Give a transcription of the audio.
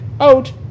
out